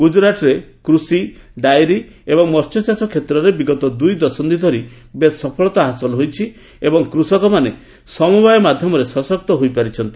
ଗୁଜରାଟରେ କୃଷି ଡାଏରୀ ଏବଂ ମସ୍ୟ ଚାଷ କ୍ଷେତ୍ର ବିଗତ ଦୁଇ ଦଶନ୍ଧି ଧରି ବେଶ୍ ସଫଳତା ହାସଲ କରିଛି ଓ କୃଷକମାନେ ସମବାୟ ମାଧ୍ୟମରେ ସଶକ୍ତ ହୋଇପାରିଛନ୍ତି